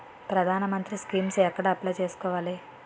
ప్రధాన మంత్రి స్కీమ్స్ ఎక్కడ అప్లయ్ చేసుకోవాలి?